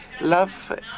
Love